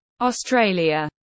Australia